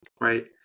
right